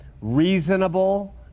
reasonable